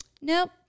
Nope